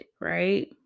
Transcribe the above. right